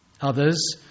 Others